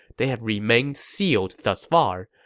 they have remained sealed thus far.